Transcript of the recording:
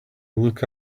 look